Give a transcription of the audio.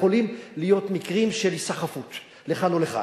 יכולים להיות מקרים של היסחפות לכאן או לכאן.